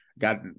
got